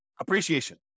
appreciation